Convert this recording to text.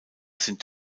sind